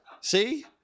See